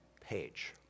page